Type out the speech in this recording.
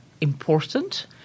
important